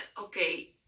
okay